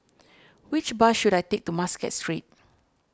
which bus should I take to Muscat Street